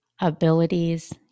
abilities